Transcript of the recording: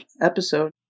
episode